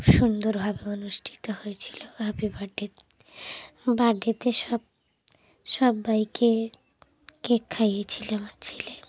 খুব সুন্দরভাবে অনুষ্ঠিত হয়েছিলো হ্যাপি বার্থডে বার্থডেতে সব সবাইকে কেক খাইয়েছিল আমার ছেলে